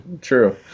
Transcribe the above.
true